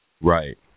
right